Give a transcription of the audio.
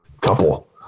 couple